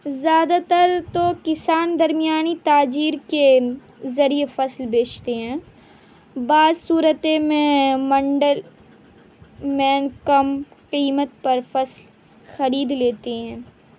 زیادہ تر تو کسان درمیانی تاجر کے ذریعے فصل بیچتے ہیں بعض صورت میں منڈل میں کم قیمت پر فصل خرید لیتے ہیں